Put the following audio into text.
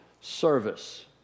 service